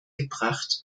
gebracht